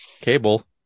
cable